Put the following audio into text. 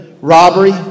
robbery